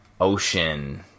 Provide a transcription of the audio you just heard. Ocean